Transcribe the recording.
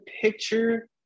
picture